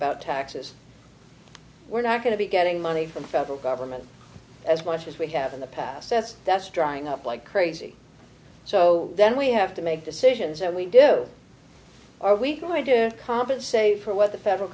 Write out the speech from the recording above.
about taxes we're not going to be getting money from the federal government as much as we have in the past that's that's drying up like crazy so then we have to make decisions and we do are we going to compensate for what the federal